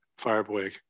Fireboy